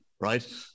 right